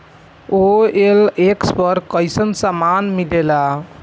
OLX पर कइसन सामान मीलेला?